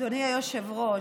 אדוני היושב-ראש,